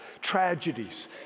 tragedies